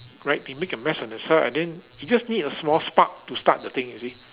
right they make a mess on themselves and then it just need a small spark to start the thing you see